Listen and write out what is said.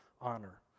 honor